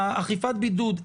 אכיפת הבידוד,